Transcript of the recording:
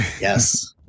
Yes